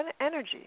energy